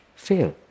Fail